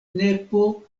nepo